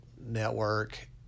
network